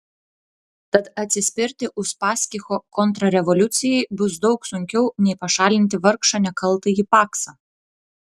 tad atsispirti uspaskicho kontrrevoliucijai bus daug sunkiau nei pašalinti vargšą nekaltąjį paksą